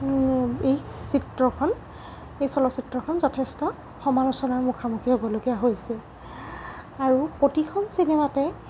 এই চিত্ৰখন এই চলচ্চিত্ৰখন যথেষ্ট সমালোচনাৰ মুখা মুখি হ'বলগীয়া হৈছে আৰু প্ৰতিখন চিনেমাতে